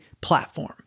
platform